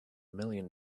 million